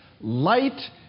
Light